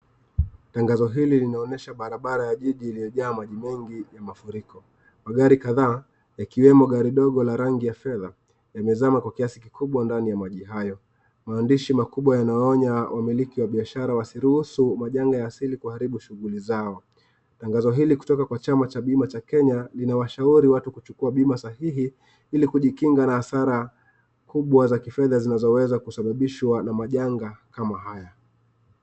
Tangazo hili linaonyesha barabara ya jiji iliyojaa maji mengi ya mafuriko. Magari kadhaa yakiwemo gari dogo la rangi yafedha yamezama kwa kiasi kikubwa ndani ya maji hayo. Maandishi makubwa yanayoonywa wamiliki wa biashara wasiruhusu majanga ya asili kuharibu shughuli zao. Tangazo hili kutoka kwa chama cha bima cha Kenya linawashauri watu kuchukua bima sahihi ili kujikinga na hasara kubwa za kifedha zinazoweza kusababishwa na majanga kama haya.